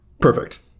Perfect